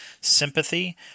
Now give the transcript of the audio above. sympathy